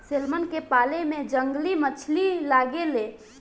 salmon के पाले में जंगली मछली लागे ले